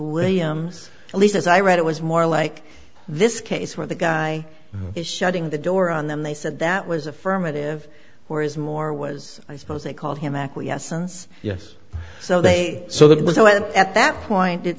williams at least as i read it was more like this case where the guy is shutting the door on them they said that was affirmative or is more was i suppose they called him acquiescence yes so they so that was what at that point it